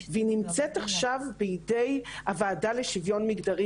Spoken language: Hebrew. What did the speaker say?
והיא נמצאת עכשיו בידי הועדה לשוויון מגדרי